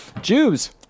Jews